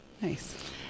Nice